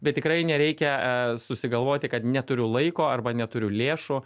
bet tikrai nereikia susigalvoti kad neturiu laiko arba neturiu lėšų